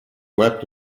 wept